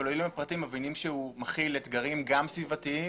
וכשצוללים לפרטים מבינים שהוא מכיל אתגרים גם סביבתיים,